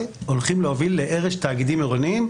הולכות להוביל להרס תאגידים עירוניים.